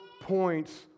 points